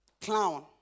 clown